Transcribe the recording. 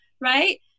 right